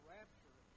rapture